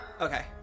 Okay